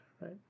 right